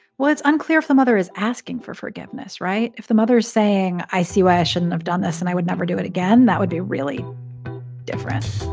well, it's unclear if the mother is asking for forgiveness. right? if the mother is saying, i see why i shouldn't have done this and i would never do it again, that would be really different.